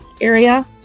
area